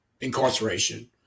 incarceration